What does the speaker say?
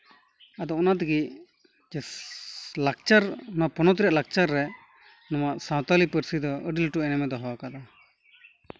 ᱟᱫᱚ ᱚᱱᱟ ᱛᱮᱜᱮ ᱞᱟᱠᱪᱟᱨ ᱱᱚᱣᱟ ᱯᱚᱱᱚᱛ ᱨᱮᱱᱟᱜ ᱞᱟᱠᱪᱟᱨ ᱨᱮ ᱱᱚᱣᱟ ᱥᱟᱶᱛᱟᱞᱤ ᱯᱟᱹᱨᱥᱤ ᱫᱚ ᱟᱹᱰᱤ ᱞᱟᱹᱴᱩ ᱮᱱᱮᱢᱮ ᱫᱚᱦᱚ ᱟᱠᱟᱫᱟ